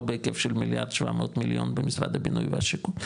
לא בהיקף של 1,700 מיליארד במשרד הבינוי והשיכון,